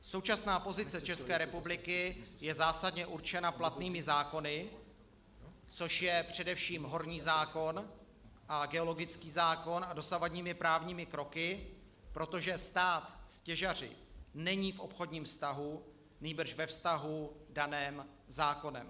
Současná pozice České republiky je zásadně určena platnými zákony, což je především horní zákon a geologický zákon, a dosavadními právními kroky, protože stát s těžaři není v obchodním vztahu, nýbrž ve vztahu daném zákonem.